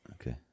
Okay